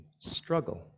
struggle